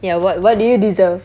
ya what what do you deserve